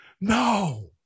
No